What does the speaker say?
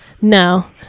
No